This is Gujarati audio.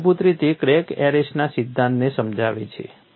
આ મુળભૂત રીતે ક્રેક એરેસ્ટના સિદ્ધાંતને સમજાવે છે